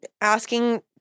asking